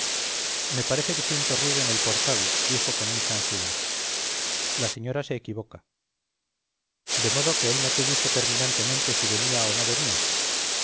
me parece que siento ruido en el portal dijo con mucha ansiedad la señora se equivoca de modo que él no te dijo terminantemente si venía o no venía